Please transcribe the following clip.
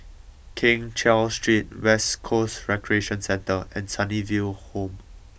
Keng Cheow Street West Coast Recreation Centre and Sunnyville Home